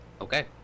Okay